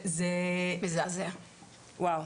זה שערורייה.